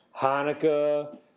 Hanukkah